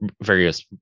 various